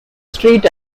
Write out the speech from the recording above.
street